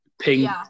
pink